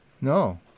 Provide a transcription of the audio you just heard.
No